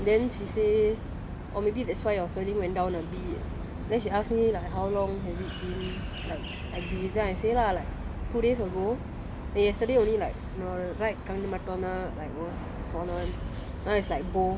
then she say or maybe that's why your swelling went down a bit then she ask me like how long has it been like like this then I say lah like two days ago then yesterday only like nor right coming to மாட்டோனா:matona like was swollen now is like both